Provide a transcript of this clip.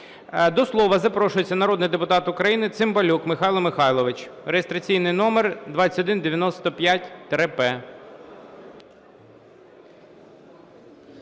До слова запрошується народний депутат України Цимбалюк Михайло Михайлович. Реєстраційний номер 2195-П.